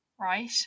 right